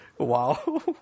Wow